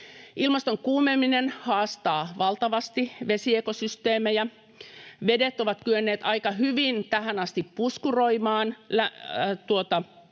Ilmaston kuumeneminen haastaa valtavasti vesiekosysteemejä. Vedet ovat kyenneet aika hyvin tähän asti puskuroimaan tuota